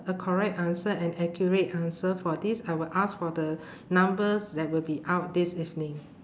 a correct answer an accurate answer for this I would ask for the numbers that would be out this evening